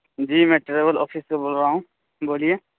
جی میں travel office سے بول رہا ہوں بولیے